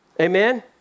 Amen